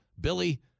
Billy